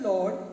Lord